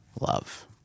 love